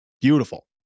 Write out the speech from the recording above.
beautiful